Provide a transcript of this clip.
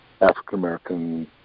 African-American